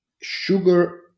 sugar